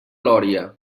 lòria